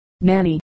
Nanny